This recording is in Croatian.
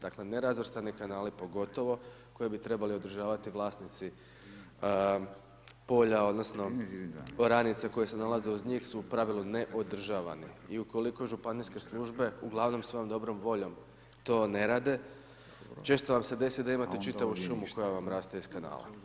Dakle nerazvrstani kanali pogotovo koji bi trebali održavati vlasnici polja, odnosno oranica koje se nalaze uz njih su u pravilu neodržavane i ukoliko županijske službe uglavnom svojom dobrom voljom to ne rade često vam se desi da imate čitavu šumu koja vam raste iz kanala.